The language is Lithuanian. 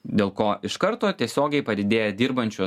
dėl ko iš karto tiesiogiai padidėja dirbančių